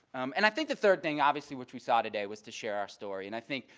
um and i think the third thing obviously which we saw today was to share our story. and i think,